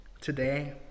today